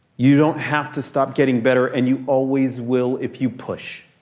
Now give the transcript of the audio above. you don't have to stop getting better and you always will if you push.